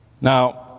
Now